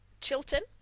Chilton